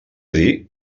dir